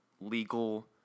legal